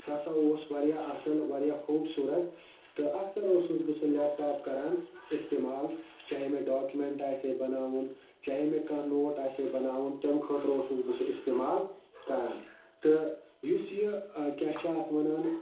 سُہ ہَسا اوس واریاہ اَصٕل واریاہ خوٗبصوٗرَت تہٕ اَکثر اوسُس بہٕ سُہ لیپٹاپ کَران استعمال چاہے مےٚ ڈاکمٮ۪نٛٹ آسہِ ہے بَناوُن چاہے مےٚ کانٛہہ نوٹ آسہِ ہے بَناوُن تَمہِ خٲطرٕ اوسُس بہٕ سُہ اِستعمال کَران تہٕ یُس یہِ کیاہ چھِ اَتھ وَنان